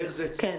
איך זה אצלכם?